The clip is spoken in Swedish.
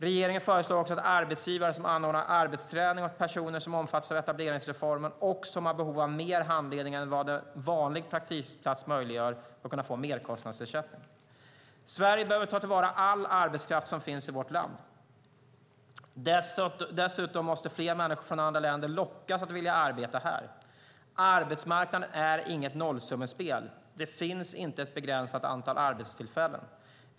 Regeringen föreslår också att arbetsgivare som anordnar arbetsträning åt personer som omfattas av etableringsreformen och som har behov av mer handledning än vad en vanlig praktikplats möjliggör bör kunna få merkostnadsersättning. Sverige behöver ta till vara all arbetskraft som finns i vårt land. Dessutom måste fler människor från andra länder lockas att vilja arbeta här. Arbetsmarknaden är inget nollsummespel. Det finns inte ett begränsat antal arbetstillfällen.